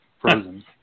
frozen